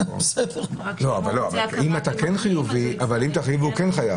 אבל אם הוא חיובי, הוא כן חייב.